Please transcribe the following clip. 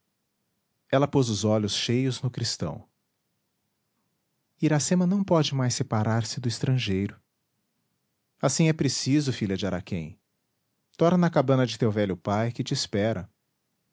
ela pôs os olhos cheios no cristão iracema não pode mais separar-se do estrangeiro assim é preciso filha de araquém torna à cabana de teu velho pai que te espera